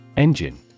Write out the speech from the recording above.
Engine